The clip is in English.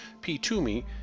p2me